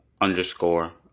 underscore